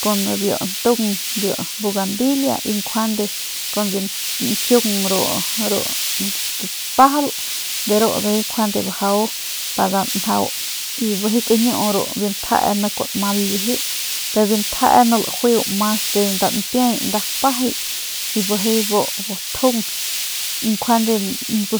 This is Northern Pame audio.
Kun biu ntung bugambilia y njuande kun biu ñkiung spajalde ru ndujuy njuande bajau y bijiy kañiu biu njee ni kunma laliji pero biu njee ni lajueu mas de nda npiey pajay y bijiy bu tjung y njuande